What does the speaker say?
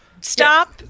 stop